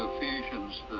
Ephesians